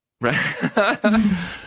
Right